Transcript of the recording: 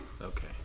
Okay